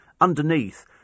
underneath